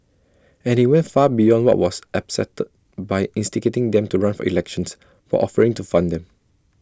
and he went far beyond what was acceptable by instigating them to run for elections while offering to fund them